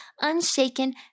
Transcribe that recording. unshaken